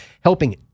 helping